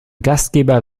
gastgeber